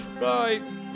bye